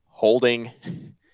Holding